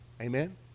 Amen